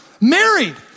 married